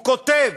הוא כותב: